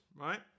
right